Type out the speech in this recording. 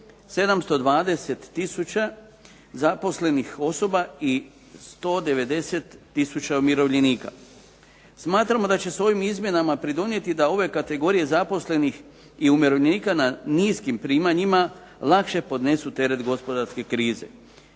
720 tisuća zaposlenih osoba i 190 tisuća umirovljenika. Smatramo da će se ovim izmjenama pridonijeti da ove kategorije zaposlenih i umirovljenika na niskim primanjima lakše podnesu teret gospodarske krize.